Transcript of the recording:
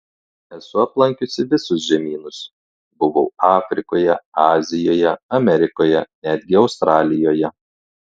esu aplankiusi visus žemynus buvau afrikoje azijoje amerikoje netgi australijoje